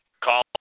call